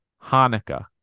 Hanukkah